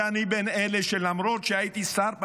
ואני בין אלה שלמרות שהייתי שר פעמיים,